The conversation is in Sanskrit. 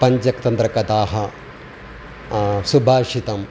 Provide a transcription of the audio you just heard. व पञ्चतन्त्रकथाः सुभाषितम्